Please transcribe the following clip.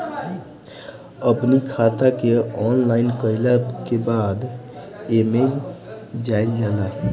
अपनी खाता के लॉगइन कईला के बाद एमे जाइल जाला